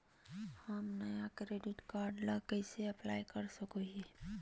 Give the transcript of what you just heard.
हम नया debit card ला कइसे अप्लाई कर सको हियै?